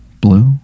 blue